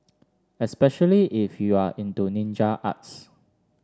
especially if you are into ninja arts